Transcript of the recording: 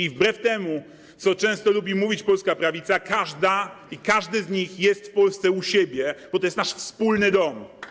I wbrew temu, co często lubi mówić polska prawica, każda i każdy z nich jest w Polsce u siebie, bo to jest nasz wspólny dom.